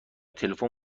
تلفن